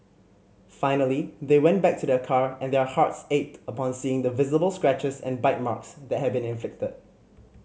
finally they went back to their car and their hearts ached upon seeing the visible scratches and bite marks that had been inflicted